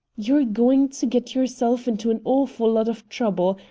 you're going to get yourself into an awful lot of trouble,